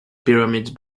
pyramids